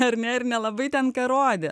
armija ir nelabai ten ką rodė